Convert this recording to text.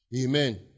Amen